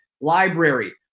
Library